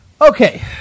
Okay